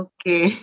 Okay